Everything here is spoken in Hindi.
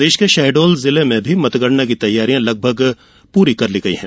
प्रदेश के शहडोल जिले में भी मतगणना की तैयारियां लगभग पूरी कर ली गयी है